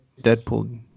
Deadpool